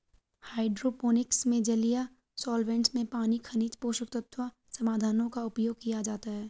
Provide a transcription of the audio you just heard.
hydroponics में जलीय solvents में पानी खनिज पोषक तत्व समाधानों का उपयोग किया जाता है